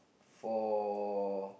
for